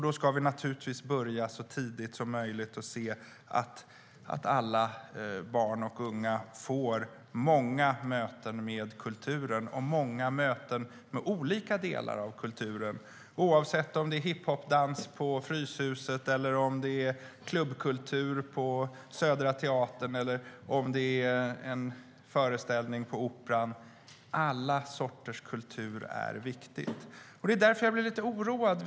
Då ska vi naturligtvis börja så tidigt som möjligt och se till att alla barn och unga får många möten med kulturen och många möten med olika delar av kulturen, oavsett om det är hiphopdans på Fryshuset, klubbkultur på Södra Teatern eller en föreställning på Operan. Alla sorters kultur är viktigt. Därför blir jag lite oroad.